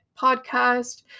podcast